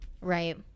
Right